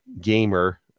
gamer